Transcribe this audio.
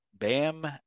Bam